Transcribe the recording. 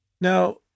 Now